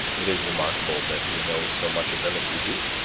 it is remarkable that we know so much of them as we do.